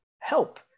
help